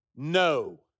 No